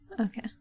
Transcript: Okay